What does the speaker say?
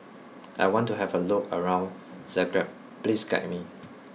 I want to have a look around Zagreb please guide me